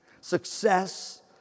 success